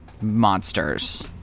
monsters